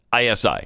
ISI